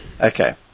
Okay